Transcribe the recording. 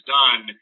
done